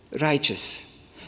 righteous